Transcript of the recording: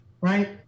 right